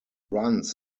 runs